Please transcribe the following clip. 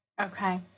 Okay